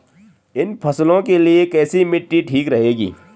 इन फसलों के लिए कैसी मिट्टी ठीक रहेगी?